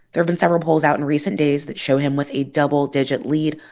there've been several polls out in recent days that show him with a double-digit lead.